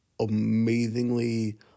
amazingly